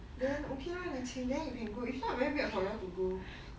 then okay lor 你请 then you can go if not very weird for you all to go